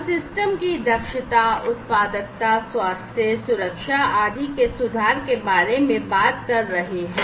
हम सिस्टम की दक्षता उत्पादकता स्वास्थ्य सुरक्षा आदि के सुधार के बारे में बात कर रहे हैं